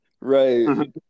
right